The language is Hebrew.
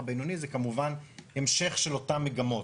הבינוני זה כמובן המשך של אותן מגמות,